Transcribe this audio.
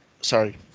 sorry